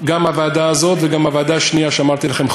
גם הוועדה הזאת וגם הוועדה השנייה שאמרתי לכם,